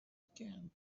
began